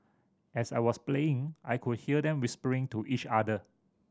as I was playing I could hear them whispering to each other